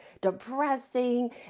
depressing